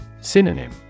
Synonym